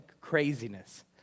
craziness